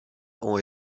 ont